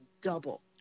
double